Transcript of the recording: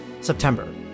September